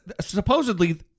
supposedly